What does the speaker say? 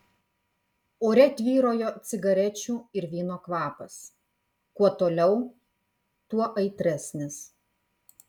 ore tvyrojo cigarečių ir vyno kvapas kuo toliau tuo aitresnis